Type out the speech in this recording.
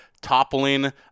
toppling